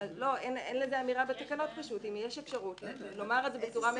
אין לזה אמירה בתקנות - אם יש אפשרות לומר את זה בצורה מפורשת.